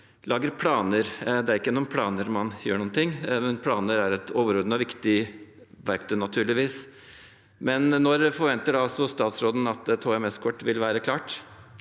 lager planer. Det er ikke gjennom planer man gjør noen ting. Planer er et overordnet viktig verktøy, naturligvis, men når forventer statsråden at et HMS-kort vil være klart?